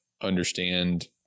understand